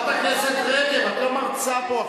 חברת הכנסת רגב, את לא מרצה פה.